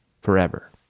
forever